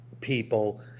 people